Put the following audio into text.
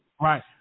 Right